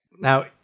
Now